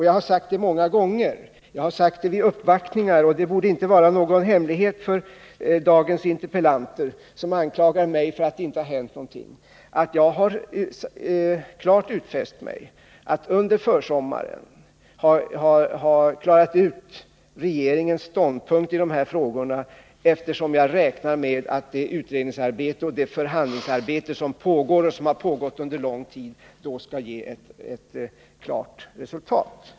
Jag har många gånger sagt, bl.a. i samband med uppvaktningar — och det borde inte vara någon hemlighet för dagens frågeställare, som anklagar mig för att det inte har hänt någonting — att jag har utfäst mig att till försommaren ha klarat ut regeringens ståndpunkt i de här frågorna. Jag räknar nämligen med att det utredningsoch förhandlingsarbete som pågår och har pågått under lång tid då skall ge ett klart resultat.